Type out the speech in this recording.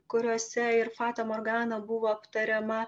kuriuose ir fata morgana buvo aptariama